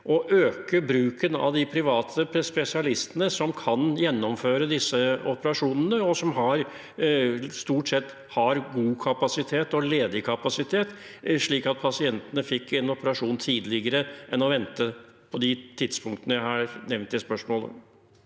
å øke bruken av de private spesialistene som kan gjennomføre disse operasjonene, og som stort sett har god og ledig kapasitet, slik at pasientene kan få en operasjon tidligere enn de gjør med de ventetidene jeg nevnte i spørsmålet?